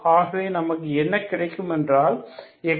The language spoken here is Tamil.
ஆகவே நமக்கு என்ன கிடைக்கும் என்றால் XLT0